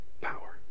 power